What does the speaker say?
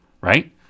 right